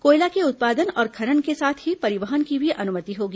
कोयला के उत्पादन और खनन के साथ ही परिवहन की भी अनुमति होगी